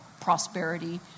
prosperity